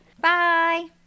bye